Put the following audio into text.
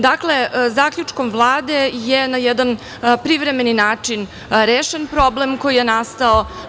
Dakle, zaključkom Vlade je na jedan privremeni način rešen problem koji je nastao.